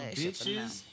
bitches